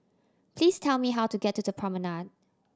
please tell me how to get to the Promenade